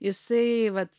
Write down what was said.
jisai vat